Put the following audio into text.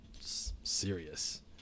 serious